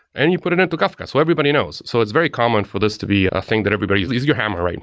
and you put it into kafka. so everybody knows. so it's very common for this to be a thing that everybody it's your hammer, right?